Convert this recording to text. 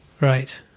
Right